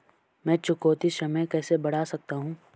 मैं चुकौती समय कैसे बढ़ा सकता हूं?